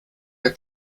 der